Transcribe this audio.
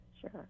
Sure